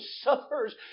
suffers